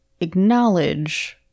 acknowledge